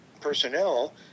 personnel